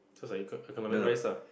so it's like econ~ economic rice lah